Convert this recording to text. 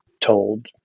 told